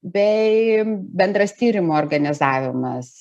bei bendras tyrimo organizavimas